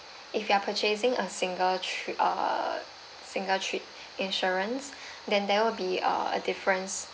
if you are purchasing a single trip uh single trip insurance then there will be a difference